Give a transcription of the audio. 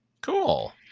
Cool